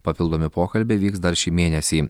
papildomi pokalbiai vyks dar šį mėnesį